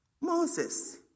Moses